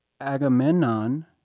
Agamemnon